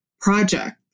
project